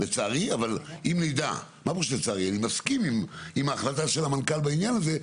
אני מסכים עם ההחלטה של המנכ"ל בעניין הזה,